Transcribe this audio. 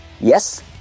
Yes